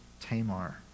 Tamar